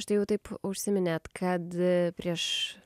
štai va taip užsiminėt kad a prieš